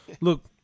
look